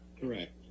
correct